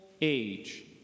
age